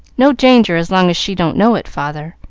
no danger as long as she don't know it, father.